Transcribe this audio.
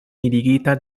mirigita